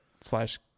slash